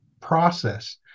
process